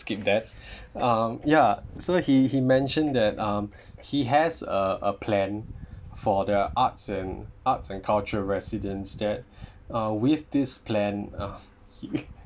skip that um ya so he he mentioned that um he has a a plan for the arts and arts and culture residents that uh with this plan uh